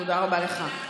תודה רבה לך.